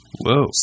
Whoa